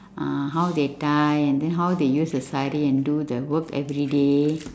ah how they tie and then how they use the sari and do the work every day